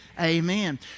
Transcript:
amen